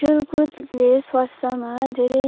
खेलकुदले स्वास्थ्यमा धेरै